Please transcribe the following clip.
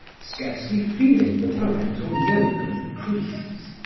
scarcely feeling the parental yoke of the priests.